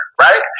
right